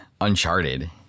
uncharted